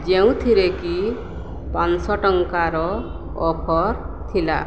ଯେଉଁଥିରେ କି ପାଞ୍ଚଶହ ଟଙ୍କାର ଅଫର୍ ଥିଲା